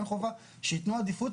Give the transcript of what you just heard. או אין חובה - שיתנו עדיפות.